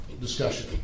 discussion